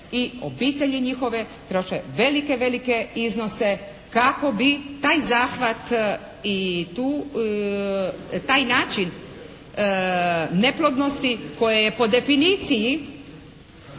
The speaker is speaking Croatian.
i obitelji njihove troše velike, velike iznose kako bi taj zahvat i tu, taj način neplodnosti koja je po definiciji